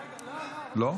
לא?